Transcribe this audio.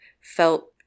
felt